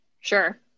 Sure